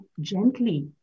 gently